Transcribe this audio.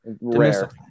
Rare